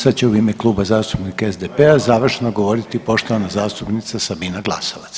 Sad će u ime Kluba zastupnika SDP-a završno govoriti poštovana zastupnica Sabina Glasovac.